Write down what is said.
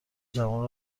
جوانان